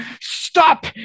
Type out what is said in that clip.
stop